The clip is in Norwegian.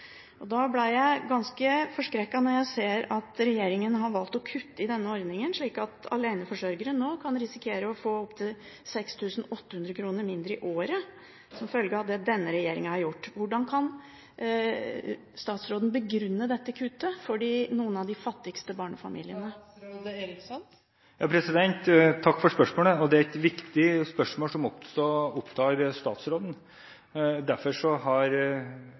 forskrekket da jeg så at regjeringen har valgt å kutte i denne ordningen, slik at aleneforsørgere nå kan risikere å få opp til 6 800 kr mindre i året som følge av det denne regjeringen har gjort. Hvordan kan statsråden begrunne dette kuttet for noen av de fattigste barnefamiliene? Takk for spørsmålet. Det er et viktig spørsmål, som også opptar statsråden. Derfor er jeg veldig glad for at regjeringen har